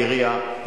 בעירייה,